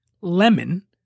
lemon